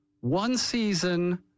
one-season